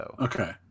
Okay